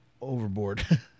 overboard